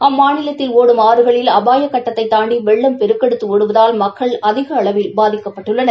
அம்மாநிலத்தில் ஒடும் ஆறுகள் அபாய கட்டத்தைத் தாண்டி வெள்ளம் பெருக்கெடுத்து ஒடுவதால் மக்கள் அதிக அளவில் பாதிக்கப்பட்டுள்ளனர்